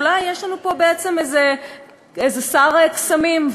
אולי יש לנו פה בעצם איזה שר קסמים,